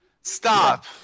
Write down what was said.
Stop